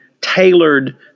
tailored